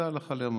זה הלכה למעשה.